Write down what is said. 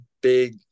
big